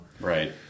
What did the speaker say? right